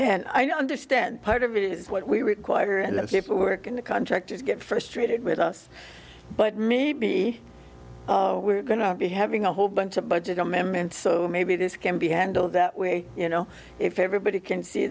and i don't understand part of it is what we require and the people who work in the contractors get frustrated with us but maybe oh we're going to be having a whole bunch of budget amendments so maybe this can be handled that way you know if everybody can see